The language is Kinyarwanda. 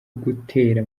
gutera